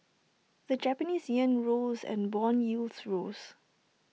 the Japanese Yen rose and Bond yields rose